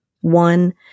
One